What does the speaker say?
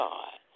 God